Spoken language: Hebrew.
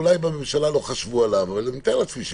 אולי בממשלה לא חשבו אני מתאר לעצמי שכן.